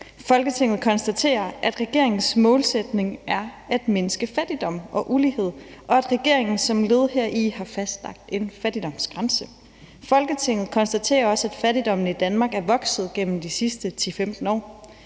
»Folketinget konstaterer, at regeringens målsætning er at mindske fattigdom og ulighed, og at regeringen som led heri har fastlagt en fattigdomsgrænse. Folketinget konstaterer også, at fattigdommen i Danmark er vokset gennem de sidste 10-15 år.